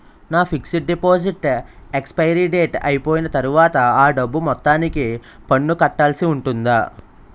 నా fixed deposit expiry date అయిపోయిన తర్వాత అ డబ్బు మొత్తానికి పన్ను కట్టాల్సి ఉంటుందా?